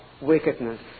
wickedness